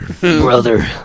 Brother